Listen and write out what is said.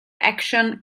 action